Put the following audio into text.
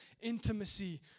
intimacy